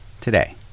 today